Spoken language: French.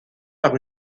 par